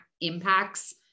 impacts